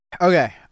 Okay